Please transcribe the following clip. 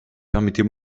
permettez